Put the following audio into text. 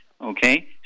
okay